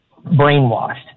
brainwashed